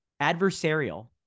Adversarial